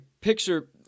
picture